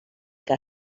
que